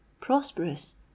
prosperous